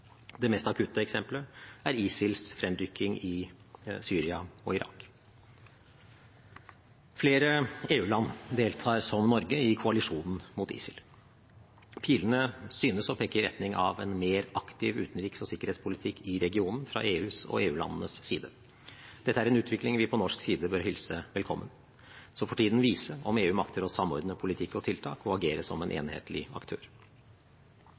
Det mest akutte eksempelet er ISILs fremrykking i Syria og Irak. Flere EU-land deltar som Norge i koalisjonen mot ISIL. Pilene synes å peke i retning av en mer aktiv utenriks- og sikkerhetspolitikk i regionen fra EUs og EU-landenes side. Dette er en utvikling vi på norsk side bør hilse velkommen. Så får tiden vise om EU makter å samordne politikk og tiltak og agere som en enhetlig aktør.